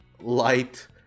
light